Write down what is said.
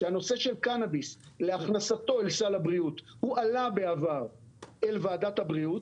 שהנושא של קנביס להכנסתו לסל הבריאות הועלה בעבר אל ועדת הבריאות.